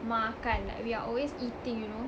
makan like we are always eating you know